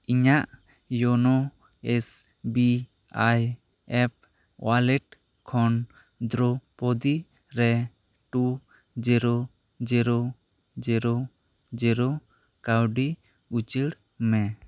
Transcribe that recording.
ᱤᱧᱟᱜ YONO S B I ᱮᱯᱷ wallet ᱠᱷᱚᱱ ᱫᱨᱳᱯᱚᱫᱤ ᱨᱮ two zero zero zero zero ᱠᱟᱣᱰᱤ ᱩᱪᱟᱹᱲ ᱢᱮ